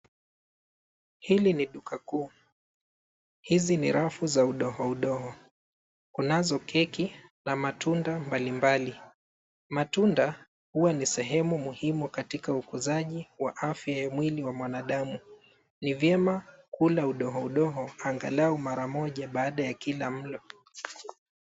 Hili ni duka kuu, hizi ni rafu za udoho udoho kunazo keki na matunda mbalimbali, matunda huwa ni sehemu muhimu katika ukuzaji wa afya ya mwili ya mwanadamu, ni vyema kula udoho udoho angalau mara moja baada ya kila mlo.